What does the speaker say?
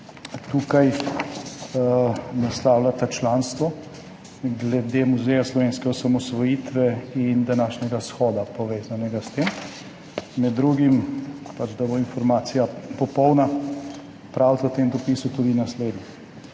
tukaj naslavljata članstvo glede Muzeja slovenske osamosvojitve in današnjega shoda, povezanega s tem. Med drugim, da bo informacija popolna, v tem dopisu pravita tudi naslednje: